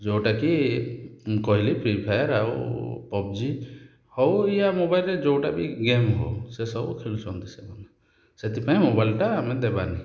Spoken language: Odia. ଯେଉଁଟା କି ମୁଁ କହିଲି ଫ୍ରି ଫାୟର୍ ଆଉ ପବ୍ ଜି ହଉ ୟା ମୋବାଇଲରେ ଯେଉଁଟା ବି ଗେମ୍ ହଉ ସେସବୁ ଖେଳୁଛନ୍ତି ସେମାନେ ସେଥିପାଇଁ ମୋବାଇଲଟା ଆମେ ଦେବାନି